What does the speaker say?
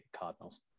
Cardinals